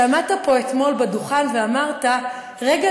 עמדת פה אתמול על הדוכן ואמרת: רגע